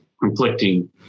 conflicting